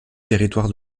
territoire